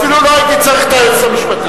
ואפילו לא הייתי צריך את היועצת המשפטית.